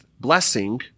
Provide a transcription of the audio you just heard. blessing